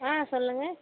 ஆ சொல்லுங்கள்